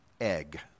egg